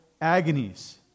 agonies